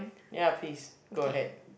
ya please go ahead